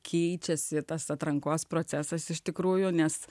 keičiasi tas atrankos procesas iš tikrųjų nes